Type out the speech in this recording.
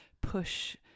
push